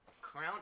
Crown